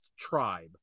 tribe